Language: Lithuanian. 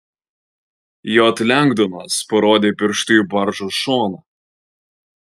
j lengdonas parodė pirštu į baržos šoną